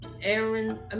Aaron